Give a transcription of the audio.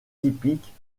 typiques